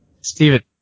steven